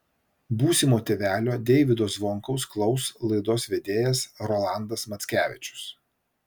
būsimo tėvelio deivydo zvonkaus klaus laidos vedėjas rolandas mackevičius